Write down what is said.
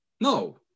No